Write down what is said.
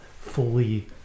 fully